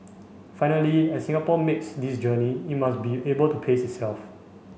finally as Singapore makes this journey it must be able to pace itself